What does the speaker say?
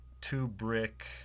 two-brick